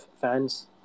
fans